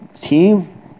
team